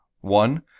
One